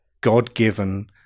God-given